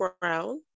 brown